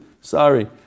Sorry